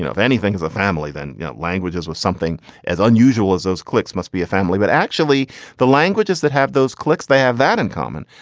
if anything is a family, then yeah languages with something as unusual as those clicks must be a family. but actually the languages that have those clicks, they have that in common.